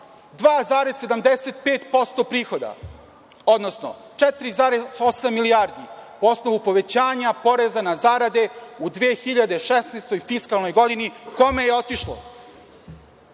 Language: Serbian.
2,75% prihoda odnosno 4,8 milijardi po osnovu povećanja poreza na zarade u 2016. fiskalnoj godini, kome je otišlo?